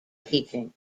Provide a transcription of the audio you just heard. teaching